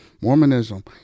Mormonism